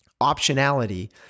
optionality